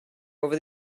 over